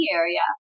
area